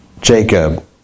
Jacob